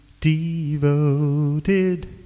devoted